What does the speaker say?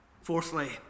Fourthly